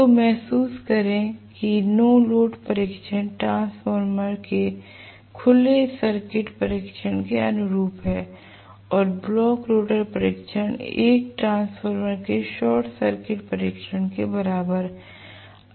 तो महसूस करें कि नो लोड परीक्षण ट्रांसफार्मर के खुले सर्किट परीक्षण के अनुरूप है और ब्लॉक रोटर परीक्षण एक ट्रांसफार्मर के शॉर्ट सर्किट परीक्षण के बराबर है